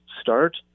start